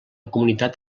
comunitat